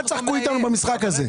אל תשחקו איתנו במשחק הזה.